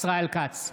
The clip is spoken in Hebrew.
ישראל כץ,